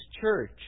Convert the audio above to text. church